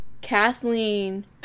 kathleen